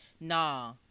nah